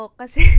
kasi